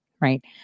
right